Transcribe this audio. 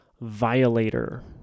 Violator